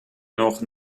nog